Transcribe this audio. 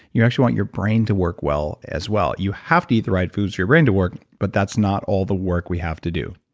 you actually want your brain to work well as well. you have to eat the right foods for your brain to work, but that's not all the work we have to do.